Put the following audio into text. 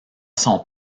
son